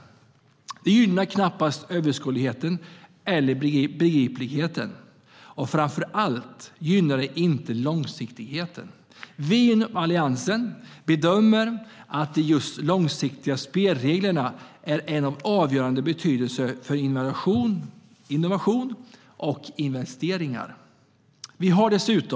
Det gynnar knappast överskådligheten eller begripligheten. Framför allt gynnar det inte långsiktigheten. Vi i Alliansen bedömer att det är just de långsiktiga spelreglerna som är av avgörande betydelse för innovation och investeringar.